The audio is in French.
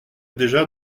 déjà